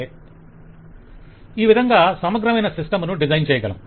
vendor ఈ విధంగా సమగ్రమైన సిస్టం ను డిజైన్ చేయగలము